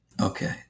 Okay